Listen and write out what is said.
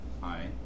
hi